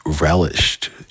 relished